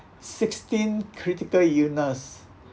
sixteen critical illness